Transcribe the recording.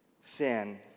sin